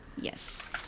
Yes